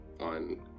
on